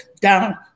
down